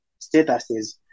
statuses